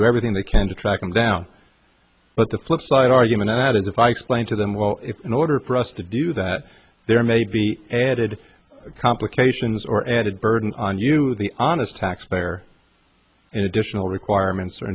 do everything they can to track him down but the flip side argument on that is if i explain to them well in order for us to do that there may be added complications or added burden on you the honest taxpayer and additional requirements are